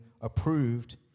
approved